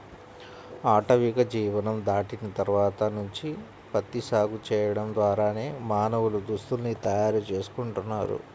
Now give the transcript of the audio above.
ఆటవిక జీవనం దాటిన తర్వాత నుంచి ప్రత్తి సాగు చేయడం ద్వారానే మానవులు దుస్తుల్ని తయారు చేసుకుంటున్నారు